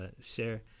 share